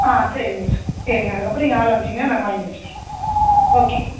ஆ சரிங்க சரிங்க அதுக்கப்புறோம் நீங்கள் ஆள் அனுச்சீங்கன்னா நாங்கள் வாங்கி வச்சிடுறோம் ஓகே